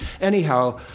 Anyhow